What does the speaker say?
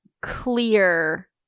clear